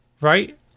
right